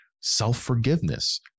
Self-forgiveness